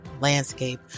landscape